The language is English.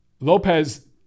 Lopez